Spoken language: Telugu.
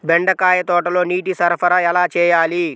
బెండకాయ తోటలో నీటి సరఫరా ఎలా చేయాలి?